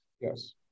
Yes